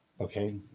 Okay